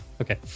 Okay